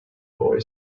boy